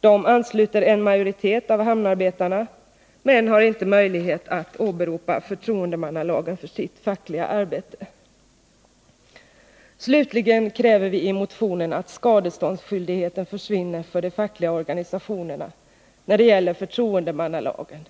Den ansluter en majoritet av hamnarbetarna men har inte möjlighet att åberopa förtroendemannalagen för sitt fackliga arbete. Slutligen kräver vi i motionen att skadeståndsskyldigheten skall försvinna för de fackliga organisationerna när det gäller förtroendemannalagen.